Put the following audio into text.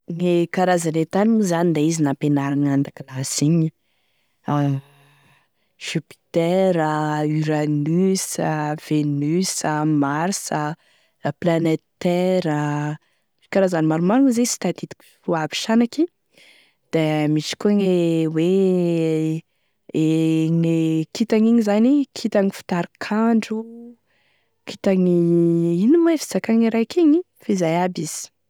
Gne karazany e tany moa zany da izy e nampianarigny tan-dakilasy igny, Jupiter, Uranus, Vénus, Mars, la planète Terre, karazany maromaro moa izy igny tsy tadidiko aby sanaky, da misy koa gne hoe e gne kitagny, kitagny igny zany e kintany fitarikandro, kitagny ino moa fizakagne raiky igny, f'izay aby izy.